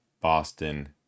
Boston